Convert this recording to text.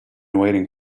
waiting